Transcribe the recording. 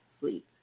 sleep